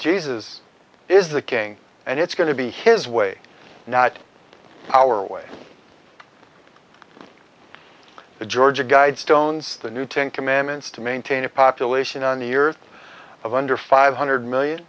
jesus is the king and it's going to be his way not our way the georgia guidestones the new ten commandments to maintain a population on the earth of under five hundred million